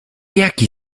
jaki